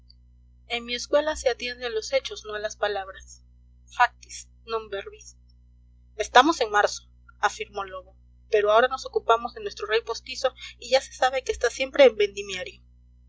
en mi escuela se atiende a los hechos no a las palabras factis non verbis estamos en marzo afirmó lobo pero ahora nos ocupamos de nuestro rey postizo y ya se sabe que está siempre en vendimiario